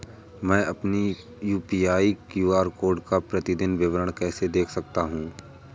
मैं अपनी UPI QR code का प्रतीदीन विवरण कैसे देख सकता हूँ?